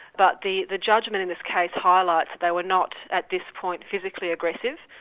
but the the judgment in this case highlights they were not, at this point, physically aggressive,